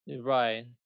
Right